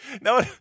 no